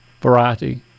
variety